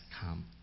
come